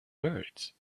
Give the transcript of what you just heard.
birds